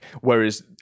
Whereas